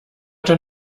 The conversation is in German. tat